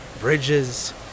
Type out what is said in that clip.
bridges